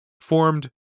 formed